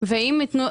ואם יתנו,